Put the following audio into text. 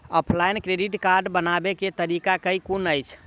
Offline credit card बनाबै केँ तरीका केँ कुन अछि?